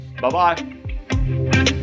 bye-bye